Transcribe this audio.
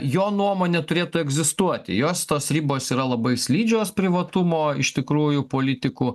jo nuomone turėtų egzistuoti jos tos ribos yra labai slidžios privatumo iš tikrųjų politikų